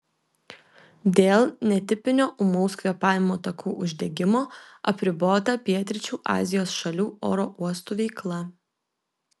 dėl netipinio ūmaus kvėpavimo takų uždegimo apribota pietryčių azijos šalių oro uostų veikla